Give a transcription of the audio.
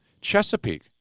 Chesapeake